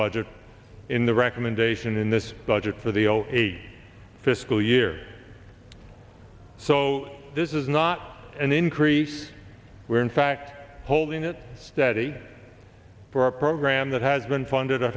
budget in the recommendation in this budget for the zero eight fiscal year so this is not an increase we're in fact holding it steady for a program that has been funded a